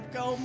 go